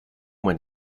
where